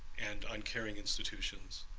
and uncaring institutions,